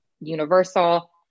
universal